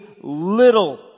little